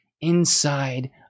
inside